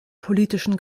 politischen